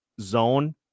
zone